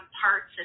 parts